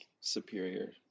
superior